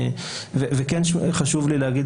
וכן חשוב לי להגיד,